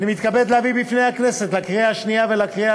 אני מתכבד להביא בפני הכנסת לקריאה שנייה ולקריאה